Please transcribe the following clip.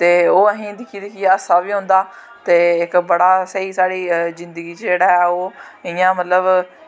ते ओह् असें दिक्खी दिक्खियै हास्सा बी औंदा ते इक बड़ा स्हेई साढ़ी जिन्दगी च जेह्ड़ा ओह् मतलब